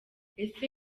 ese